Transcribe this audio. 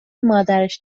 مادرش